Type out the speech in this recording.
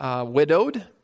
widowed